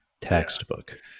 textbook